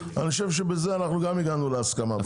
אני חושב שבזה אנחנו גם הגענו להסכמה.